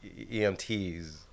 EMTs